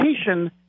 education